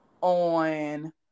on